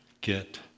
get